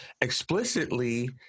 explicitly